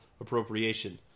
appropriation